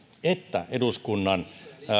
että eduskunnan